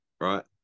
right